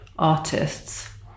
artists